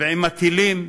ועם הטילים,